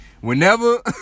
Whenever